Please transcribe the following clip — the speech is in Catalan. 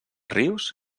rius